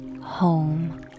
home